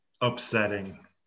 upsetting